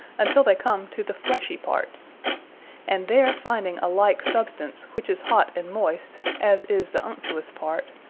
untill they come to the fleshy parts and there finding a like substance, which is hot and moyst, as is the unctuous part,